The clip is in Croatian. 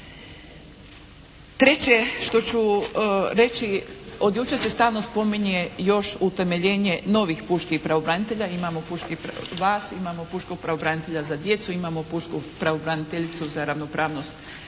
Treće što ću reći. Od jučer se stalno spominje još utemeljenje novih pučkih pravobranitelja. Imamo vas, imamo pučkog pravobranitelja za djecu, imamo pučku pravobraniteljicu za ravnopravnost